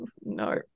no